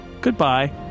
Goodbye